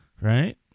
Right